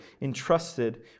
entrusted